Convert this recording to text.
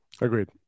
Agreed